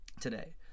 today